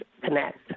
connect